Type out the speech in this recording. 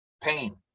pain